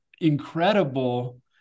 incredible